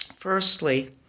Firstly